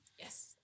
Yes